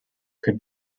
could